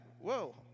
whoa